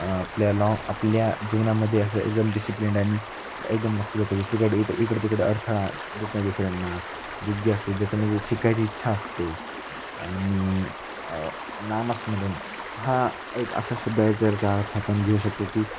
आपल्याला आपल्या जीवनामध्ये असं एकदम डिसिप्लंड आणि एकदम लक्ष देतो जशी इकड इथं इकड तिकडं अडथळा देत नाही दसऱ्यांना जिज्ञासु ज्याच्यामध्ये शिकायची इच्छा असते आणि नामस्मरण हा एक असं शब्द आहे जरचा अर्थ आपण घेऊ शकतो की